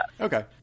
Okay